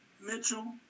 Mitchell